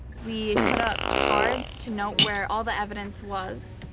we put up cards to note where all the evidence was.